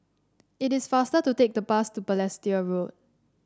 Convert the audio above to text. it is faster to take the bus to Balestier Road